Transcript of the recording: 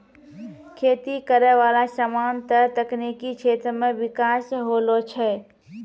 खेती करै वाला समान से तकनीकी क्षेत्र मे बिकास होलो छै